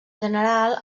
general